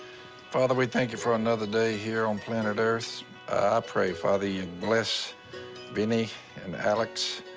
father, we thank you for another day here on planet earth. i pray, father, you bless vinnie and alex,